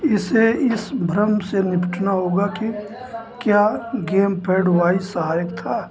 इसे इस भ्रम से निपटना होगा कि क्या गेम पैड वाई सहायक था